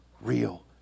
real